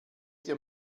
dir